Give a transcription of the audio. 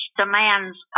demands